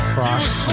Frost